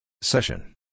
Session